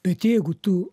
bet jeigu tu